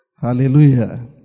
Hallelujah